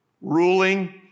Ruling